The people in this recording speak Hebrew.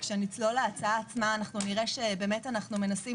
שכשנצלול להצעה עצמה נראה שאנחנו מנסים